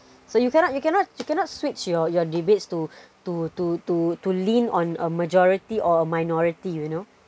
so you cannot you cannot you cannot switch your your debates to to to to to lean on a majority or a minority you know